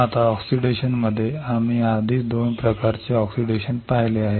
आता ऑक्सिडेशनमध्ये आम्ही आधीच 2 प्रकारचे ऑक्सिडेशन पाहिले आहे